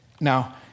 Now